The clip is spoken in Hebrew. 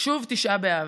שוב תשעה באב,